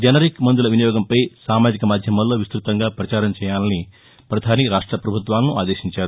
generic మందుల వినియోగంపై సామాజిక మాధ్యమాల్లో విస్తృతంగా పచారం చేయాలని పధాని రాష్ట పభుత్వాలను ఆదేశించారు